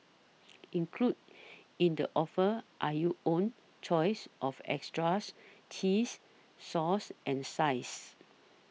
included in the offer are your own choice of extras cheese sauce and sides